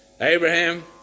Abraham